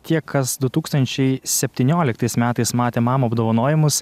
tie kasdu tūkstančiai septynioliktais metais matė mama apdovanojimus